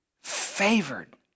favored